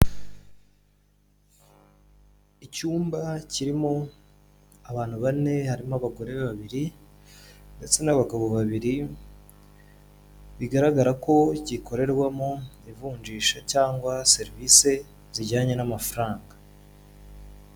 Icyumba kirimo abantu bane, harimo abagore babiri, ndetse n'abagabo babiri, bigaragara ko gikorerwamo, ivunjisha cyangwa serivisi zijyanye n'amafaranga.